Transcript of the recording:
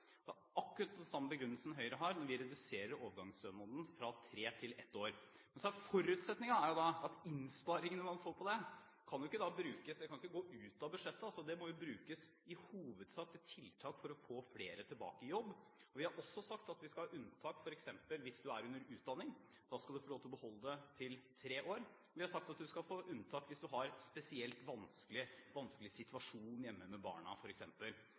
Det er akkurat den samme begrunnelsen Høyre har når vi reduserer overgangsstønaden fra tre til ett år. Forutsetningen er da at innsparingen en får på det, ikke kan gå ut av budsjettet. Det må brukes i hovedsak til tiltak for å få flere tilbake i jobb. Vi har også sagt at vi skal ha unntak f. eks. hvis du er under utdanning. Da skal du få lov til å beholde stønaden i tre år. Og vi har sagt at du skal få unntak dersom du har en spesielt vanskelig situasjon f.eks. hjemme med barna.